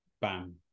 Bam